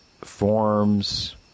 forms